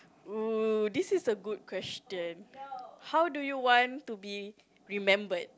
oh this is a good question how do you want to be remembered